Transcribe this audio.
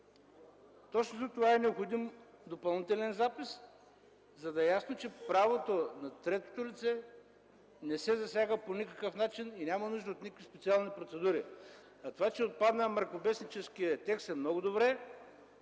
Точно затова е необходим допълнителен запис, за да е ясно, че правото на третото лице не се засяга по никакъв начин и няма нужда от никакви специални процедури. А това че отпадна мракобесническият текст е много добре.